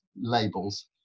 labels